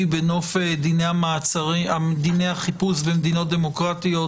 בנוף דיני החיפוש במדינות דמוקרטיות,